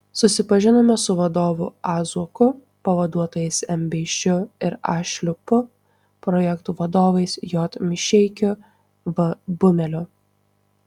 susipažinome su vadovu a zuoku pavaduotojais m beišiu ir a šliupu projektų vadovais j mišeikiu v bumeliu